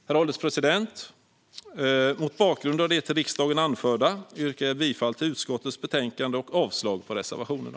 Herr ålderspresident! Mot bakgrund av det till riksdagen anförda yrkar jag bifall till utskottets förslag i betänkandet och avslag på reservationerna.